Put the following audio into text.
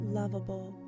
lovable